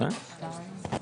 הצבעה בעד,